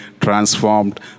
transformed